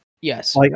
Yes